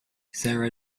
sara